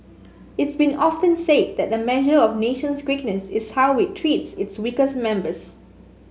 it's been often said that a measure of nation's greatness is how it treats its weakest members